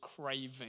craving